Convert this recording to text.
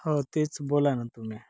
हो तेच बोला ना तुम्ही